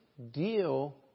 deal